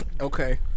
Okay